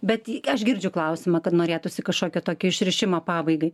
bet aš girdžiu klausimą kad norėtųsi kažkokio tokio išrišimo pabaigai